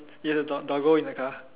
you have a dog doggo in the car